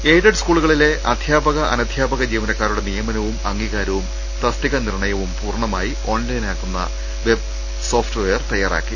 aided സ്കൂളുകളിലെ അധ്യാപക അനധ്യാപക ജീവന ക്കാരുടെ നിയമനവും അംഗീകാരവും തസ്തിക നിർണയവും പൂർണ മായി ഓൺലൈനാക്കുന്നു വെബ് സോഫ്റ്റ് വെയർ തയാറാക്കി